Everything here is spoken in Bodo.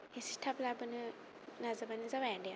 इसे थाब लाबोनो नाजाबानो जाबाय आदाया